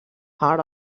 had